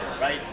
right